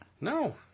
No